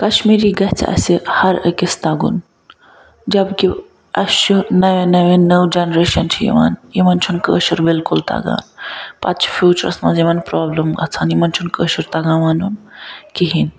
کَشمیٖری گَژھِ اَسہِ ہر أکِس تَگُن جب کہ اسہِ چھُ نَویٚن نَویٚن نٔو جنریشَن چھِ یِوان یمن چھُ نہٕ کٲشُر بِلکُل تَگان پَتہٕ چھِ فیوٗچرَس مَنٛز یمن پرابلم گَژھان یمن چھُ نہٕ کٲشُر تَگان وَنُن کِہیٖنۍ نہٕ